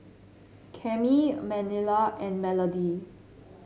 Cami Manilla and Melodie